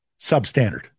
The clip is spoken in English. substandard